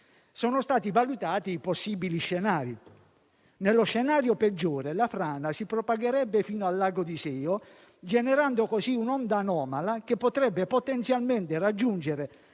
Sono stati valutati i possibili scenari. In quello peggiore, la frana si propagherebbe fino al lago d'Iseo, generando così un'onda anomala. che potrebbe potenzialmente raggiungere